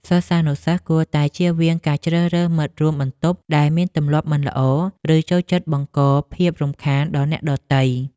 សិស្សានុសិស្សគួរតែចៀសវាងការជ្រើសរើសមិត្តរួមបន្ទប់ដែលមានទម្លាប់មិនល្អ ឬចូលចិត្តបង្កភាពរំខានដល់អ្នកដទៃ។